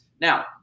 Now